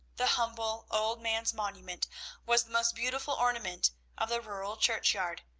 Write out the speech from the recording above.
the humble old man's monument was the most beautiful ornament of the rural churchyard,